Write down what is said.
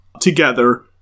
together